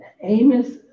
Amos